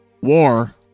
War